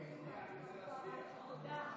שלם).